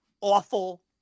Awful